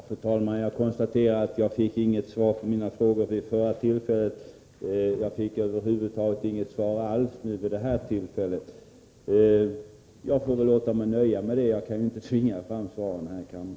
Fru talman! Jag konstaterar att jag inte fick något svar på mina frågor vid förra tillfället och att jag heller inte fick något svar vid detta tillfälle. Jag får väl låta mig nöja med det — jag kan ju inte tvinga fram svar här i kammaren.